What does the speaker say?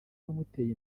uwamuteye